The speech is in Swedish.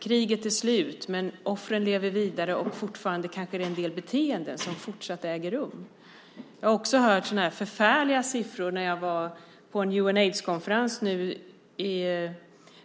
Kriget är slut men offren lever vidare, och fortfarande är det kanske en del beteenden som äger rum. Jag har också hört förfärliga siffror, bland annat när jag var på en FN-aidskonferens i